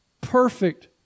perfect